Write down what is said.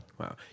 Wow